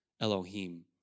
Elohim